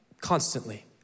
constantly